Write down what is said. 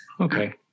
Okay